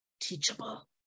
teachable